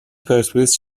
پرسپولیس